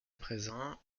présent